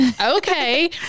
okay